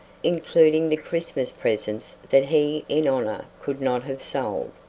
including the christmas presents that he in honor could not have sold.